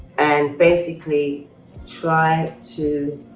and basically try to